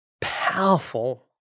powerful